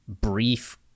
brief